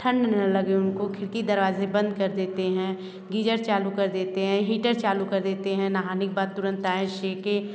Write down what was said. ठंड ना लगे उनको खिड़की दरवाज़े बंद कर देते हैं गीजर चालू कर देते हैं हीटर चालू कर देते हैं नहाने के बाद तुरंत आएं सेंकें